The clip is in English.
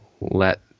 let